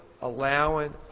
allowing